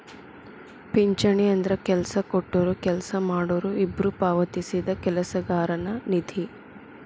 ಪಿಂಚಣಿ ಅಂದ್ರ ಕೆಲ್ಸ ಕೊಟ್ಟೊರು ಕೆಲ್ಸ ಮಾಡೋರು ಇಬ್ಬ್ರು ಪಾವತಿಸಿದ ಕೆಲಸಗಾರನ ನಿಧಿ